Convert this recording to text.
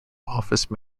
office